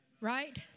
right